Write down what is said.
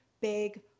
big